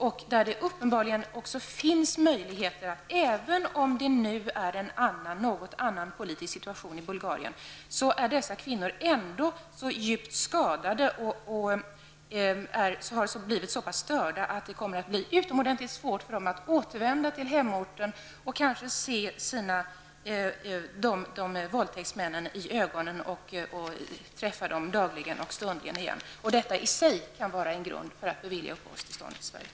Även om den politiska situationen i Bulgarien nu delvis är en annan, är dessa kvinnor ändå så djupt skadade och har blivit så pass störda att det kommer att bli utomordentligt svårt för dem att återvända till hemorten och kanske se våldtäktsmännen i ögonen och träffa dem dagligen och stundligen igen. Detta i sig kan vara en grund för att bevilja uppehållstillstånd i Sverige.